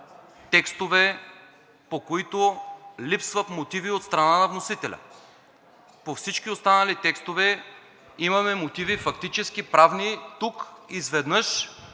текстове, по които липсват мотиви от страна на вносителя. По всички останали текстове имаме мотиви – фактически, правни. Тук изведнъж